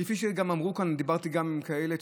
כפי שגם אמרו כאן, דיברתי גם עם כאלה.